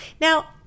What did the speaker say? Now